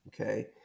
okay